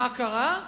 מה קרה?